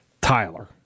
Tyler